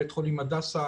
בית החולים הדסה,